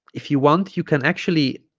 if you want you can actually